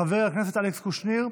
חבר הכנסת אלכס קושניר,